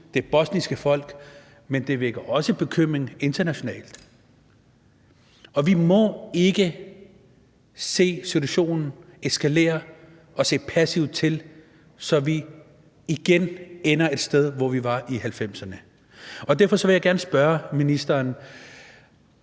det bosniske folk, men det vækker også bekymring internationalt. Og vi må ikke se situationen eskalere og se passivt til, så vi igen ender det sted, hvor vi var i 1990'erne. Derfor vil jeg gerne spørge ministeren: